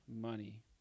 money